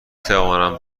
توانم